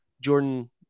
Jordan